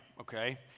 okay